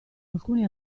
alcuni